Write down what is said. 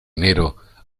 enero